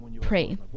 pray